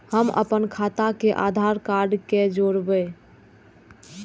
हम अपन खाता के आधार कार्ड के जोरैब?